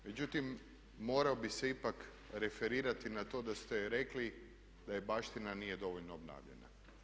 Međutim, morao bih se ipak referirati na to da ste rekli da baština nije dovoljno obnavljana.